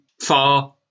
far